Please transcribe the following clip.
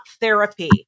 therapy